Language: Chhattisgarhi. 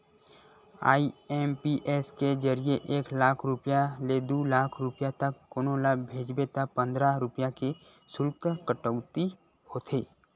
आई.एम.पी.एस के जरिए एक लाख रूपिया ले दू लाख रूपिया तक कोनो ल भेजबे त पंद्रह रूपिया के सुल्क कटउती होथे